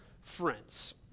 friends